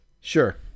Sure